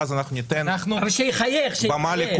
בואו נסיים את המצגת ואז אנחנו ניתן במה לכולם.